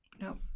Nope